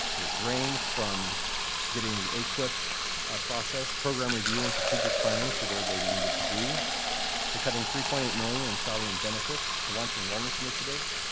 it ranged from getting the aquip process program review and strategic planning to where they needed to be to cutting three point eight million in salary and benefits benefits to launching wellness initiatives,